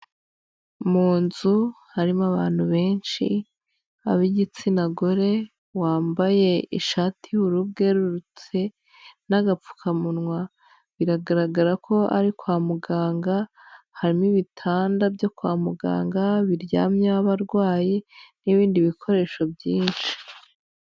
Munzu harimo abantu benshi, ab'igitsina gore wambaye ishati y'ubururu bwerurutse n'agapfukamunwa, biragaragara ko ari kwa muganga, harimo ibitanda byo kwa muganga biryamyeho abarwayi n'ibindi bikoresho byinshi.